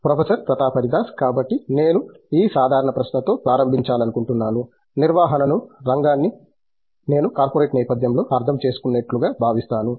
professor Pratap Haridas కాబట్టి నేను ఈ సాధారణ ప్రశ్నతో ప్రారంభించాలనుకుంటున్నాను నిర్వహణను రంగాన్ని నేను కార్పొరేట్ నేపథ్యంలో అర్థం చేసుకునేట్లుగా భావిస్తాను